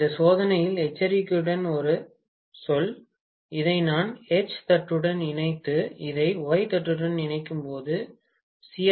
இந்த சோதனையில் எச்சரிக்கையுடன் ஒரு சொல் இதை நான் எச் தட்டுடன் இணைத்து இதை ஒய் தட்டுடன் இணைக்கும்போது சி